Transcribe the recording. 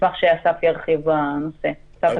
נשמח שאסף ירחיב בנוסף.